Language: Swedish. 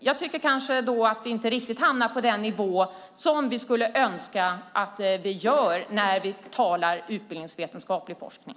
Jag tycker kanske inte att vi då hamnar riktigt på den nivå som vi skulle önska när vi talar utbildningsvetenskaplig forskning.